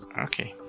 okay.